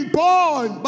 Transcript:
born